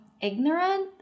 Ignorant